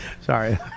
Sorry